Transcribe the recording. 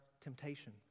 temptation